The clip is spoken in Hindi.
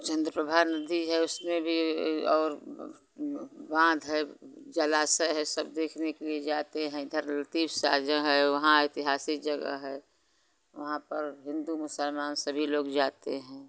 चंद्रप्रभा नदी है उसमें भी और बाँध है जलाशय है सब देखने के लिए जाते हैं इधर लतीव साज है वहाँ ऐतिहासिक जगह है वहाँ पर हिन्दू मुसलमान सभी लोग जाते हैं